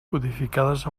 codificades